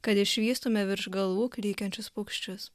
kad išvystume virš galvų klykiančius paukščius